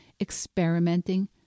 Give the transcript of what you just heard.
experimenting